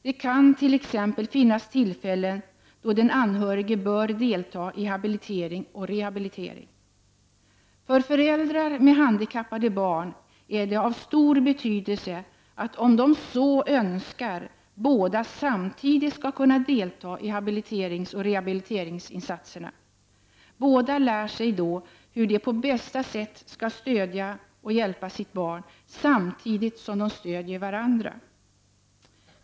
Det kan t.ex. finnas tillfällen då den anhörige bör delta i habiliteringen/rehabiliteringen. För föräldrar med handikappade barn är det av stor betydelse att båda, om de så önskar, samtidigt kan delta i arbetet när det gäller habiliteringseller rehabiliteringsinsatserna. Båda lär sig då hur de på bästa sätt hjälper och stöder sitt barn samtidigt som de stöder varandra.